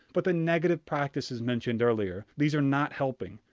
but the negative practices mentioned earlier, these are not helping.